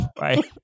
right